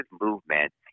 movement